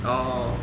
orh